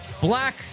Black